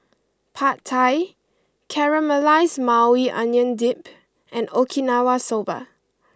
Pad Thai Caramelized Maui Onion Dip and Okinawa Soba